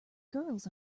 girls